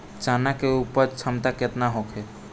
चना के उपज क्षमता केतना होखे?